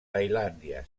tailàndia